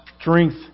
strength